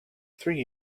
three